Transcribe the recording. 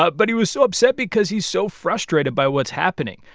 but but he was so upset because he's so frustrated by what's happening.